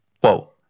whoa